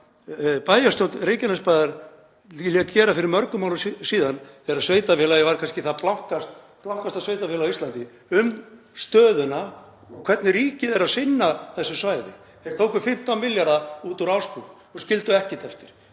bæjarstjórn Reykjanesbæjar lét gera fyrir mörgum árum síðan, þegar sveitarfélagið var kannski blankasta sveitarfélagið á Íslandi, um stöðuna og hvernig ríkið er að sinna þessu svæði. Þeir tóku 15 milljarða út úr Ásbrú og skildu ekkert eftir.